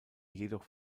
jedoch